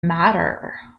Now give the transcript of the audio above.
matter